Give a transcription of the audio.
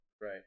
Right